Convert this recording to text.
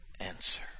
answer